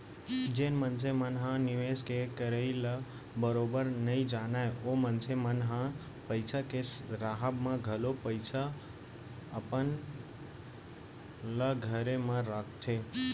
जेन मनसे मन ह निवेस के करई ल बरोबर नइ जानय ओ मनसे मन ह पइसा के राहब म घलौ अपन पइसा ल घरे म राखथे